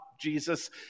Jesus